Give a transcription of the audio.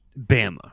Bama